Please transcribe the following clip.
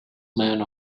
man